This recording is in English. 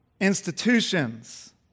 institutions